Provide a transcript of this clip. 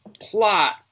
plot